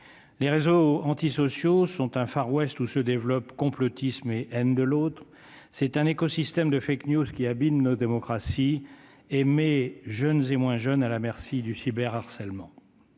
les réseaux antisociaux sont un Far-West où se développe complotisme et M2, l'autre c'est un écosystème de fait que News qui nos démocraties et mes jeunes et moins jeunes, à la merci du cyber harcèlement